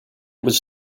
was